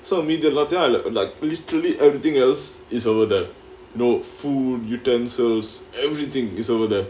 so மீதி எல்லாதியும்:meethi ellaathiyum like literally everything else is over that no food utensils everything is over there